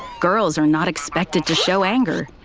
girls are not expected to show anger,